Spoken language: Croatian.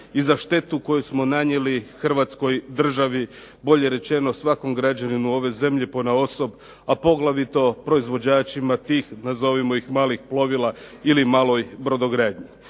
i za štetu koju smo nanijeli hrvatskoj državi, bolje rečeno svakom građaninu ove zemlje ponaosob, a poglavito proizvođačima tih nazovimo ih malih plovila ili maloj brodogradnji.